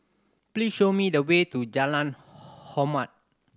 please show me the way to Jalan Hormat